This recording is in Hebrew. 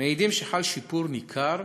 מעידים שחל שיפור ניכר,